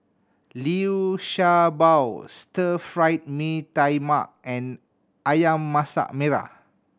Liu Sha Bao Stir Fried Mee Tai Mak and Ayam Masak Merah